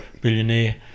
billionaire